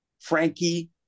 Frankie